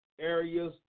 areas